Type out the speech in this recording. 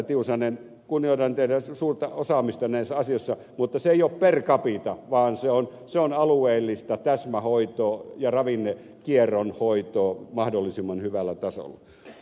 tiusanen kunnioitan teidän suurta osaamistanne näissä asioissa mutta se ei ole per capita vaan se on alueellista täsmähoitoa ja ravinnekierron hoitoa mahdollisimman hyvällä tasolla